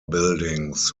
buildings